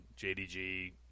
JDG